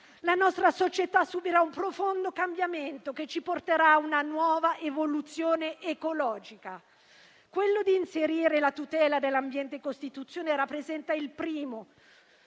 La nostra società subirà un profondo cambiamento che ci porterà a una nuova evoluzione ecologica. Quello di inserire la tutela dell'ambiente in Costituzione rappresenta il primo